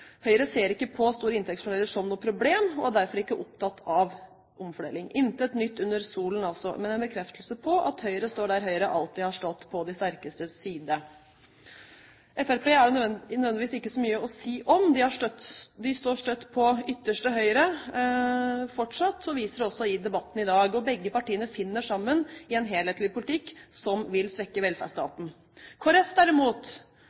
Høyre ser ikke på store inntektsforskjeller som noe problem, og er derfor ikke opptatt av omfordeling. Intet nytt under solen, altså, men en bekreftelse på at Høyre står der Høyre alltid har stått: på de sterkestes side. Fremskrittspartiet er det nødvendigvis ikke så mye å si om. De står støtt på ytterste høyre fortsatt, og viser det også i debatten i dag. Partiene finner sammen i en helhetlig politikk, som vil svekke velferdsstaten. Kristelig Folkeparti derimot